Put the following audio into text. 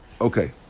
Okay